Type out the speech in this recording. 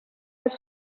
els